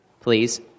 please